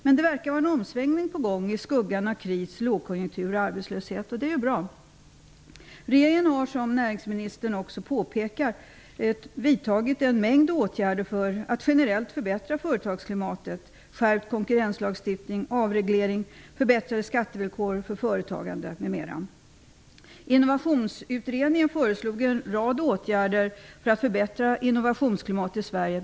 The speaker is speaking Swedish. Men det verkar vara en omsvängning på gång i skuggan av kris, lågkonjunktur och arbetslöshet, och det är ju bra. Regeringen har, som näringsministern också påpekar, vidtagit en mängd åtgärder för att generellt förbättra företagsklimatet: skärpt konkurrenslagstiftning, avreglering, förbättrade skattevillkor för företagande m.m. Innovationsutredningen föreslog en rad åtgärder för att förbättra innovationsklimatet i Sverige.